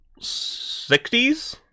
60s